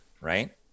right